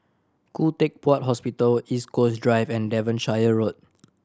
Khoo Teck Puat Hospital East Coast Drive and Devonshire Road